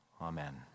amen